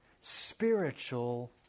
spiritual